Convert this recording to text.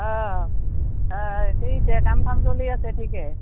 অঁ অঁ তে এতিয়া কাম চাম চলি আছে ঠিকে